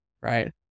Right